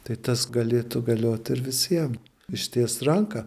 tai tas galėtų galiot ir visiem ištiest ranką